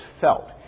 felt